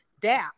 dap